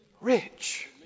Rich